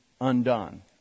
undone